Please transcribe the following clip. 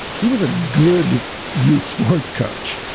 he was a good youth sports coach.